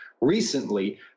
recently